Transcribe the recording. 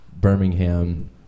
Birmingham